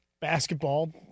basketball